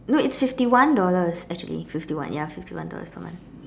no it's fifty one dollars actually fifty one ya fifty one dollars per month